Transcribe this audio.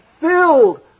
filled